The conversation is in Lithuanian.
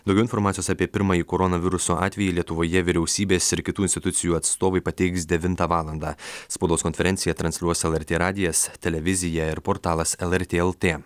daugiau informacijos apie pirmąjį koronaviruso atvejį lietuvoje vyriausybės ir kitų institucijų atstovai pateiks devintą valandą spaudos konferenciją transliuos lrt radijas televizija ir portalas lrt lt